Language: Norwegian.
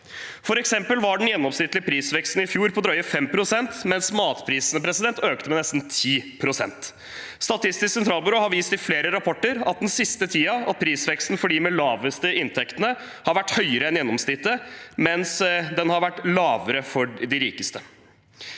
For eksempel var den gjennomsnittlige prisveksten i fjor på drøye 5 pst., mens matprisene økte med nesten 10 pst. Statistisk sentralbyrå har vist i flere rapporter at i den siste tiden har prisveksten for dem med de laveste inntektene vært høyere enn gjennomsnittet, mens den har vært lavere for de rikeste.